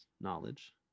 knowledge